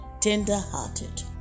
Tender-hearted